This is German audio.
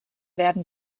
werden